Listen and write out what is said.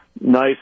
nice